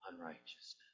unrighteousness